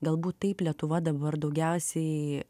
galbūt taip lietuva dabar daugiausiai